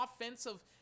offensive